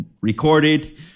recorded